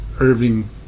Irving